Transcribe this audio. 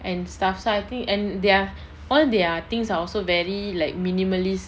and stuff so I think and their all the things are also very like minimalist